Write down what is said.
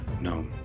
No